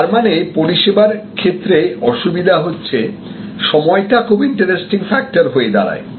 তার মানে পরিষেবার ক্ষেত্রে অসুবিধা হচ্ছে সময়টা খুব ইন্টারেস্টিং ফ্যাক্টর হয়ে দাঁড়ায়